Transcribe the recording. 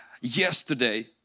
yesterday